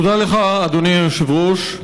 תודה לך, אדוני היושב-ראש.